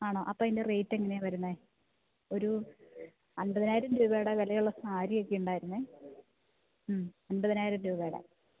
ആണോ അപ്പം അതിൻ്റെ റേറ്റ് എങ്ങനെയാണ് വരുന്നത് ഒരു അൻപതിനായിരം രൂപയുടെ വിലയുള്ള സാരിയൊക്കെ ഉണ്ടായിരുന്നു മ്മ് അൻപതിനായിരം രൂപയുടെ